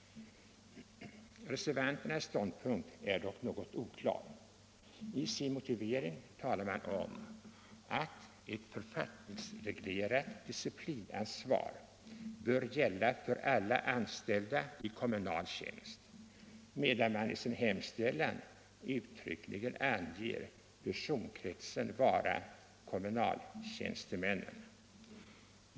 Reservanternas ståndpunkt är något oklar. I moti = verksamhet veringen talar de om att ett författningsreglerat disciplinansvar bör gälla alla anställda i kommunal tjänst, medan de i sin hemställan uttryckligen anger personkretsen vara kommunaltjänstemännen.